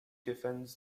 defends